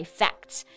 facts